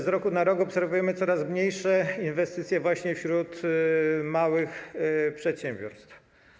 Z roku na rok obserwujemy coraz mniejsze inwestycje wśród małych przedsiębiorstw.